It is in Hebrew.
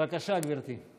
בבקשה, גברתי.